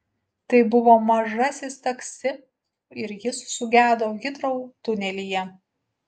tai buvo mažasis taksi ir jis sugedo hitrou tunelyje